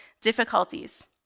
difficulties